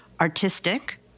Artistic